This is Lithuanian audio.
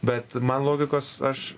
bet man logikos aš